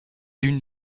l’une